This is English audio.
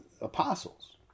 apostles